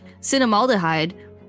cinnamaldehyde